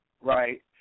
right